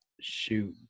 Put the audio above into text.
shoot